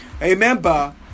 remember